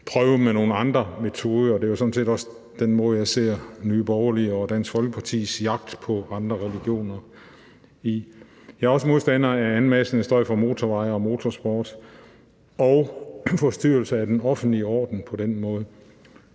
prøve med nogle andre metoder. Det er jo sådan set den måde, jeg ser Nye Borgerlige og Dansk Folkepartis jagt på andre religioner på. Jeg er også modstander af anmassende støj fra motorveje og motorsport og forstyrrelser af den offentlige orden på den måde.